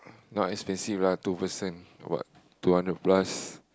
not expensive lah two person what two hundred plus